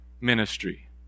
ministry